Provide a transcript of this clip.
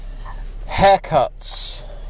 Haircuts